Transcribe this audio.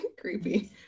creepy